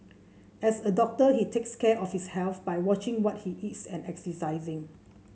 as a doctor he takes care of his health by watching what he eats and exercising